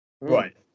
Right